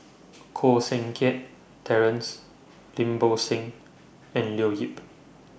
Koh Seng Kiat Terence Lim Bo Seng and Leo Yip